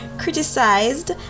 criticized